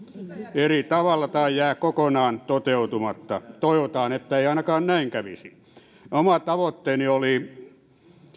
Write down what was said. eri tavalla tai jäävät kokonaan toteutumatta toivotaan ettei ainakaan näin kävisi oma tavoitteeni oli